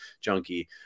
junkie